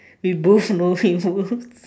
we both know him who